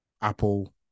apple